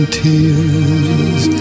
tears